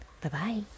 Bye-bye